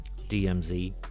DMZ